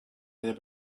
their